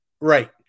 Right